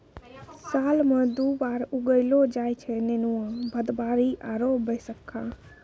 साल मॅ दु बार उगैलो जाय छै नेनुआ, भदबारी आरो बैसक्खा